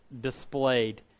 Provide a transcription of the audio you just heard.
displayed